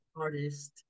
artist